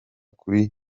kuri